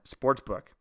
sportsbook